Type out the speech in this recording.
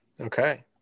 Okay